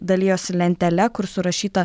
dalijosi lentele kur surašyta